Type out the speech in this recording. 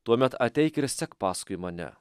tuomet ateik ir sek paskui mane